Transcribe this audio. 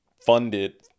funded